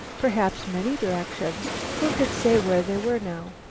perhaps many directions. who could say where they were now?